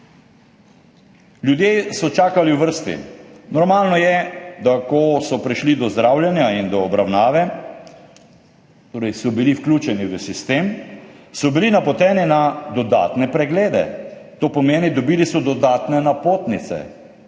Ljudje so čakali v vrsti. Normalno je, da so bili, ko so prišli do zdravljenja in do obravnave, torej so bili vključeni v sistem, napoteni na dodatne preglede. To pomeni, dobili so dodatne napotnice.